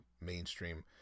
mainstream